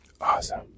Awesome